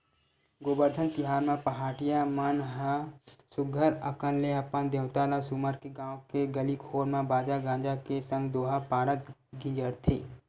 गोबरधन तिहार म पहाटिया मन ह सुग्घर अंकन ले अपन देवता ल सुमर के गाँव के गली घोर म बाजा गाजा के संग दोहा पारत गिंजरथे